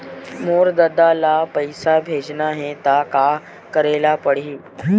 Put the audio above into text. मोर ददा ल पईसा भेजना हे त का करे ल पड़हि?